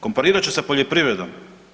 Komparirat ću sa poljoprivredom.